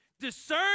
Discern